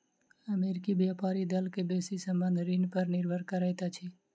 अमेरिकी व्यापारी दल के बेसी संबंद्ध ऋण पर निर्भर करैत अछि